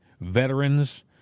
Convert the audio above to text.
veterans